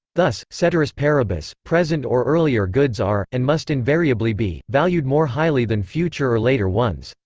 thus, ceteris paribus, present or earlier goods are, and must invariably be, valued more highly than future or later ones.